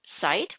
site